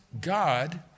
God